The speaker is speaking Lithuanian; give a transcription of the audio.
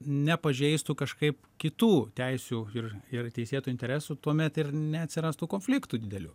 nepažeistų kažkaip kitų teisių ir ir teisėtų interesų tuomet ir neatsirastų konfliktų didelių